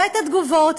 ואת התגובות,